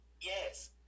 Yes